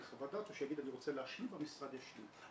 חוות דעת או שהוא יגיד: אני רוצה להשלים והמשרד ישלים.